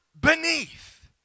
beneath